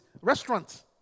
restaurants